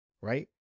Right